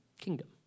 kingdom